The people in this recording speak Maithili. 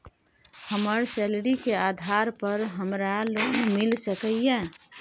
हमर सैलरी के आधार पर हमरा लोन मिल सके ये?